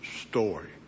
story